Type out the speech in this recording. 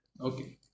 Okay